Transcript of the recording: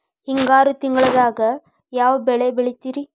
ಹಿಂಗಾರು ತಿಂಗಳದಾಗ ಯಾವ ಬೆಳೆ ಬೆಳಿತಿರಿ?